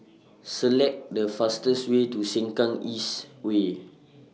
Select The fastest Way to Sengkang East Way